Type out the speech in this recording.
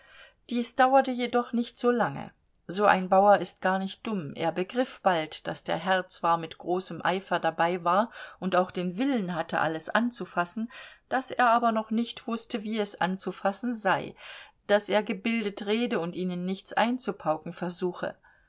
dies dauerte jedoch nicht lange so ein bauer ist gar nicht dumm er begriff bald daß der herr zwar mit großem eifer dabei war und auch den willen hatte alles anzufassen daß er aber noch nicht wußte wie es anzufassen sei daß er gebildet rede und ihnen nichts einzupauken versuche